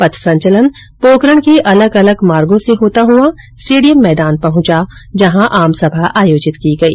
पथ संचलन पोकरण के अलग अलग मार्गो से होता हुआ स्टेडियम मैदान में पहुंचा जहाँ आमसभा आयोजित की गई